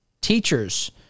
teachers